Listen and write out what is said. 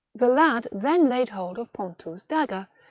the lad then laid hold of pontou s dagger,